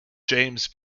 james